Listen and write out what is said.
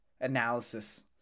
analysis